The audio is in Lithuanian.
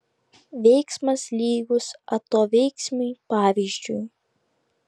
veiksmas lygus atoveiksmiui pavyzdžiui